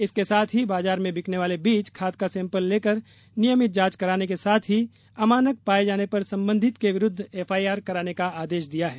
इसके साथ ही बाजार मे बिकने वाले बीज खाद का सेंपल लेकर नियमित जांच करने के साथ ही अमानक पाये जाने पर संबंधित के विरुद्व एफआईआर कराने का आदेश दिया है